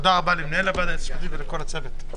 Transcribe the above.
תודה רבה למנהל הוועדה ולכל הצוות.